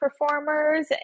performers